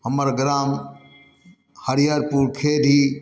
हमर ग्राम हरियरपुर खेदी